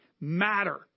matter